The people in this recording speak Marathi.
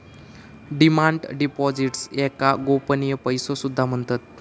डिमांड डिपॉझिट्स याका गोपनीय पैसो सुद्धा म्हणतत